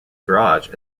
garage